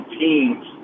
teams